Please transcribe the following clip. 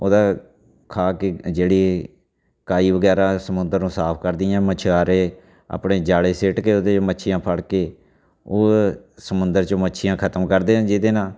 ਉਹਦਾ ਖਾ ਕੇ ਜਿਹੜੀ ਕਾਈ ਵਗੈਰਾ ਸਮੁੰਦਰ ਨੂੰ ਸਾਫ ਕਰਦੀਆਂ ਮਛਿਆਰੇ ਆਪਣੇ ਜਾਲ ਸੁੱਟ ਕੇ ਉਹਦੇ ਮੱਛੀਆਂ ਫੜ ਕੇ ਉਹ ਸਮੁੰਦਰ 'ਚ ਮੱਛੀਆਂ ਖਤਮ ਕਰਦੇ ਜਿਹਦੇ ਨਾਲ